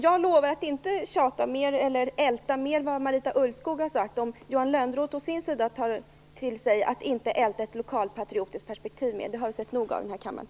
Jag lovar att inte ytterligare älta vad Marita Ulvskog har sagt, om Johan Lönnroth å sin sida tar till sig att inte ytterligare älta ett lokalpatriotiskt perspektiv. Jag tycker att vi har sett nog av det i den här kammaren.